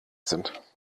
sind